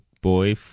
boy